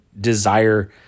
desire